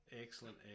excellent